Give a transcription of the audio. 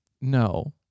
no